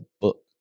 book